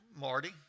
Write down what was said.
Marty